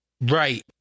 Right